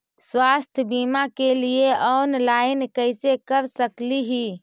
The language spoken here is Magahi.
स्वास्थ्य बीमा के लिए ऑनलाइन कैसे कर सकली ही?